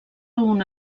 una